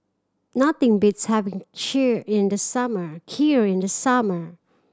nothing beats having in the summer Kheer in the summer